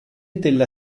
della